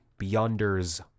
beyonders